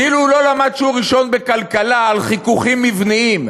כאילו הוא לא למד שיעור ראשון בכלכלה על חיכוכים מבניים,